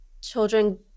children